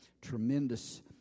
tremendous